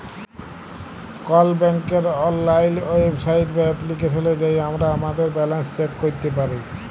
call ব্যাংকের অললাইল website বা এপ্লিকেশলে যাঁয়ে আমরা আমাদের ব্যাল্যাল্স চ্যাক ক্যইরতে পারি